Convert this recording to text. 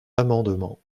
amendements